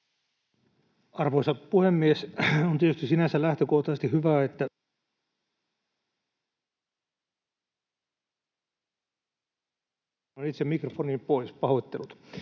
Arvoisa puhemies! On tietysti sisänsä lähtökohtaisesti hyvä, että... [Puhujan mikrofoni sulkeutuu]